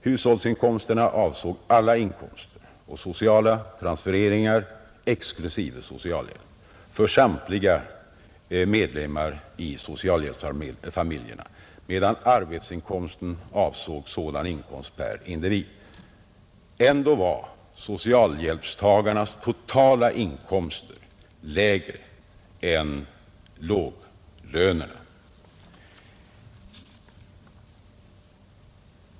Hushållsinkomsterna avsåg alla inkomster och sociala transfereringar exklusive socialhjälp för samtliga medlemmar i socialhjälpsfamiljerna, medan arbetsinkomsten avsåg sådan inkomst per individ. Ändå var socialhjälpstagarnas totala inkomster lägre än låglönerna.